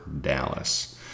Dallas